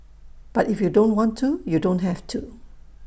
but if you don't want to you don't have to